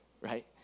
right